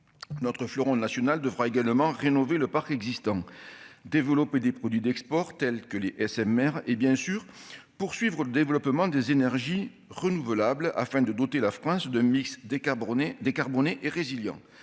notre fleuron national devra également rénover le parc existant, développe des produits d'export tels que Les SMR, hé bien sûr poursuivre le développement des énergies renouvelables, afin de doter la France de mix des Camerounais